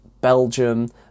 Belgium